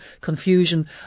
confusion